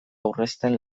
aurrezten